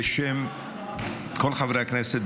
בשם כל חברי הכנסת,